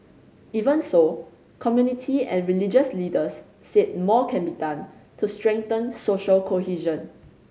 even so community and religious leaders said more can be done to strengthen social cohesion